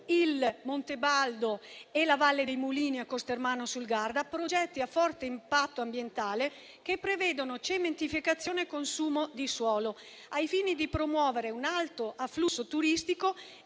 il Monte Baldo e la Valle dei mulini a Costermano sul Garda. Si tratta di progetti a forte impatto ambientale che prevedono cementificazione e consumo di suolo al fine di promuovere un alto afflusso turistico